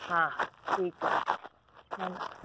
हा ठीक आ ठीक आ हलनि